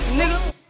nigga